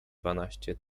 dwanaście